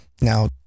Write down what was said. now